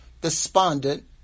despondent